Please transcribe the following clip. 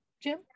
Jim